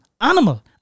animal